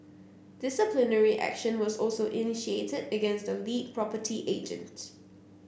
disciplinary action was also initiated against the lead property agent